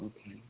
okay